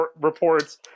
reports